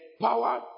power